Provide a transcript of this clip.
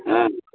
ह्म्म